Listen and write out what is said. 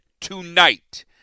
tonight